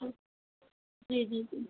जी जी जी जी